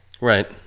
right